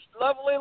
lovely